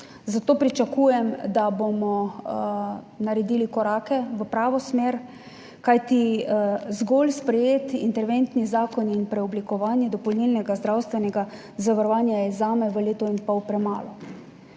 Zato pričakujem, da bomo naredili korake v pravo smer, kajti zgolj sprejet interventni zakon in preoblikovanje dopolnilnega zdravstvenega zavarovanja je zame v letu in pol premalo.